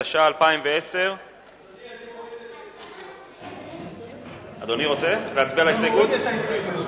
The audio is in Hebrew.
התש"ע 2010. אדוני, אני מוריד את ההסתייגויות.